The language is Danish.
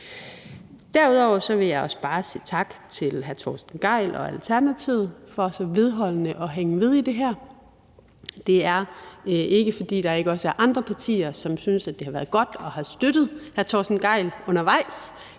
Derudover vil jeg også bare sige tak til hr. Torsten Gejl og Alternativet for så vedholdende at hænge ved i det her. Det er ikke, fordi der ikke også er andre partier, som synes det har været godt at have støttet hr. Torsten Gejl undervejs